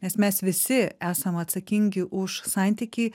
nes mes visi esam atsakingi už santykį